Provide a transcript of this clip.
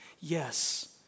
Yes